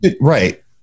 Right